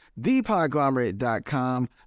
Thepodglomerate.com